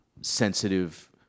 sensitive